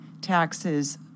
taxes